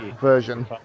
version